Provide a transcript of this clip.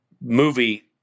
movie